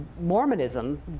Mormonism